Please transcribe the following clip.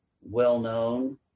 well-known